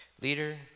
Leader